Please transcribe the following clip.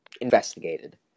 investigated